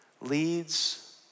leads